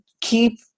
keep